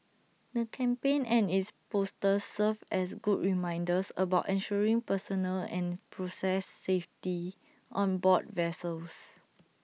the campaign and its posters serve as good reminders about ensuring personal and process safety on board vessels